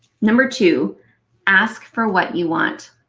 number two ask for what you want.